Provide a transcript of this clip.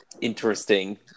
interesting